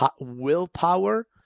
willpower